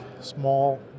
small